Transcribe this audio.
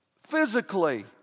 Physically